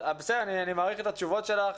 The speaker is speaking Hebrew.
אני מעריך את התשובות שלך,